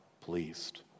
pleased